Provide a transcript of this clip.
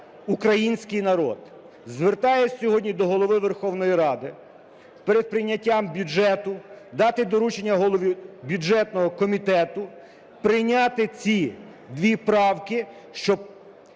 український народ. Звертаюся сьогодні до Голови Верховної Ради. Перед прийняттям бюджету, дати доручення голові бюджетного комітету прийняти ці дві правки, щоб